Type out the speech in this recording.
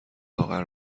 لاغر